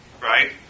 right